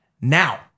now